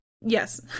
Yes